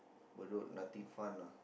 Bedok nothing fun lah